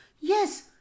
Yes